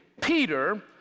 Peter